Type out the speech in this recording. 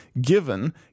given